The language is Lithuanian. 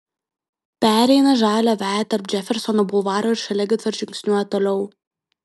pereina žalią veją tarp džefersono bulvaro ir šaligatvio ir žingsniuoja toliau